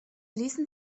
ließen